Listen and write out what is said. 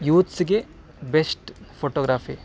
ಯೂತ್ಸಿಗೆ best photography